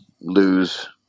lose